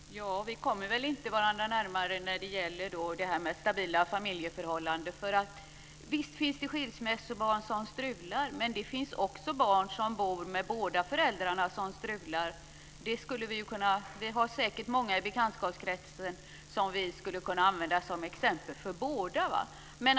Fru talman! Vi kommer väl inte varandra närmare i frågan om stabila familjeförhållanden. Visst finns det skilsmässobarn som strular. Men det finns också barn som bor med båda föräldrarna som strular. Vi har säkert många i bekantskapskretsen som vi skulle kunna använda som exempel för båda fallen.